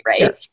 right